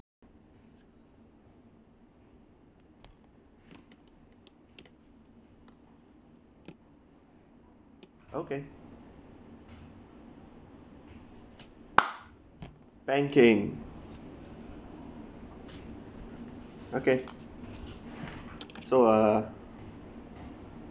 okay banking okay so uh